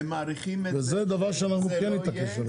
זה דבר שאנחנו כן נתעקש עליו.